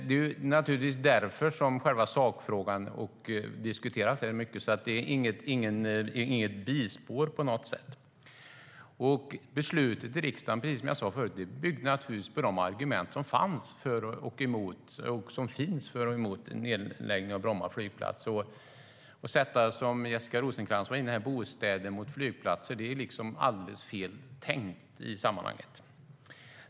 Det är naturligtvis därför själva sakfrågan diskuteras mycket, så det är inget bispår på något sätt. Precis som jag sa tidigare bygger beslutet i riksdagen givetvis på de argument som fanns och finns för och emot en nedläggning av Bromma flygplats. Att som Jessica Rosencrantz ställa bostäder mot flygplatser är alldeles fel tänkt i sammanhanget.